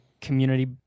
community